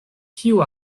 kiu